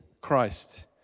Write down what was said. Christ